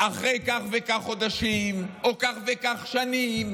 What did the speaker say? שאחרי כך וכך חודשים או כך וכך שנים,